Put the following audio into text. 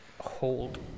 hold